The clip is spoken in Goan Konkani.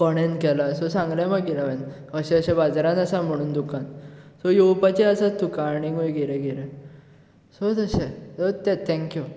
कोणें केला सो सांगलें मागीर हांवें अशें अशें बाजारान आसा म्हूण दुकान सो येवपाचें आसा तुका आनिकय कितें कितें सो तशें थँक यू